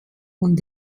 und